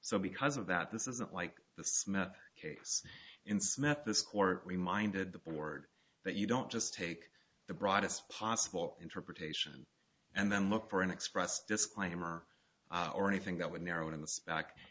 so because of that this isn't like the smith case in smith this court reminded the board that you don't just take the broadest possible interpretation and then look for an express disclaimer or anything that would narrow it in the